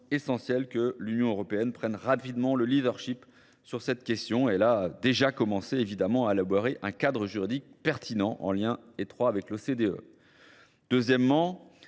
essentiel que l'Union Européenne prenne rapidement le leadership sur cette question. Elle a déjà commencé évidemment à élaborer un cadre juridique pertinent en lien étroit avec l'OCDE. Deuxièmement,